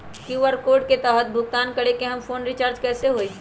QR code के तहद भुगतान करके हम फोन रिचार्ज कैसे होई?